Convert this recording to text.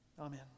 Amen